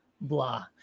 blah